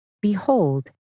Behold